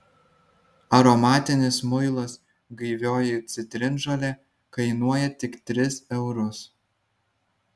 aromatinis muilas gaivioji citrinžolė kainuoja tik tris eurus